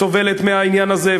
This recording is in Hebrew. סובלת מהעניין הזה,